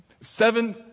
seven